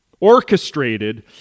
orchestrated